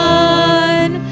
one